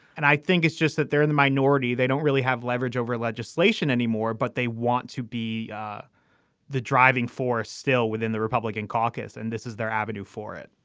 and i think it's just that they're in the minority. they don't really have leverage over legislation anymore but they want to be ah the driving force still within the republican caucus. and this is their avenue for it